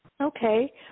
Okay